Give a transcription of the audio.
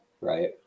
right